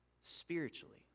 spiritually